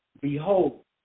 behold